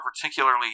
particularly